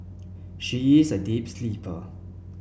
she is a deep sleeper